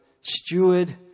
steward